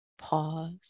Pause